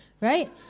right